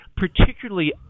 particularly